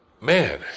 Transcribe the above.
man